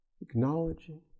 acknowledging